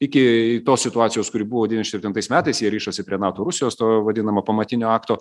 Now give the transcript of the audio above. iki tos situacijos kuri buvo devyniš septintais metais jei rišas prie nato rusijos to vadinamo pamatinio akto